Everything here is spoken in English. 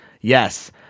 Yes